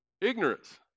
ignorance